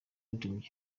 umukinnyi